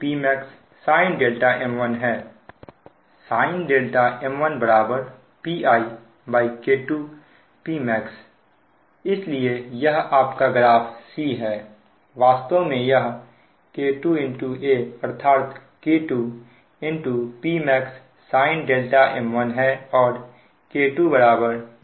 sin m1 PiK2 Pmax इसलिए यह आपका ग्राफ C है वास्तव में यह K2 A अर्थात K2 Pmax sinm1 है और K2 07 है